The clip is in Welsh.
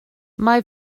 mae